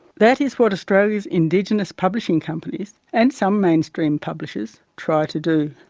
that is what australia's indigenous publishing companies and some mainstream publishers try to do.